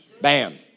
BAM